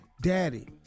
daddy